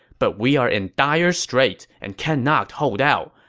but we're in dire straits and cannot hold out.